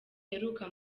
aheruka